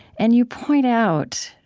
and you point out,